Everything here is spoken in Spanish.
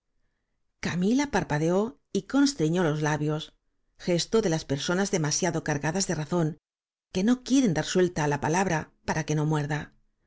camila parpadeó y constriñó los labios gesto de las personas demasiado cargadas de razón que no quieren dar suelta á la palabra para que no muerda